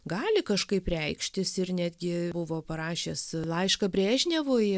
gali kažkaip reikštis ir netgi buvo parašęs laišką brežnevui